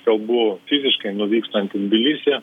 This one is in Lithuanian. kalbu fiziškai nuvykstant į tbilisį